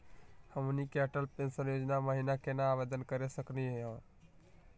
हमनी के अटल पेंसन योजना महिना केना आवेदन करे सकनी हो?